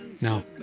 No